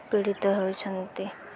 ପୀଡ଼ିତ ହେଉଛନ୍ତି